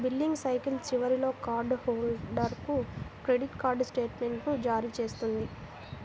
billing cycle చివరిలో card హోల్డర్కు credit card స్టేట్మెంట్ను జారీ చేస్తుంది